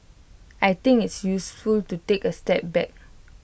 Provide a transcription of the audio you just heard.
I think it's useful to take A step back